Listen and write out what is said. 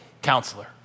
Counselor